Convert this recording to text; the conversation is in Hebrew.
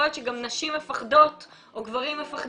יכול להיות שנשים מפחדות או גברים מפחדים